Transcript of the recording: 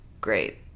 great